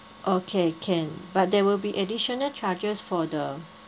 okay can but there will be additional charges for the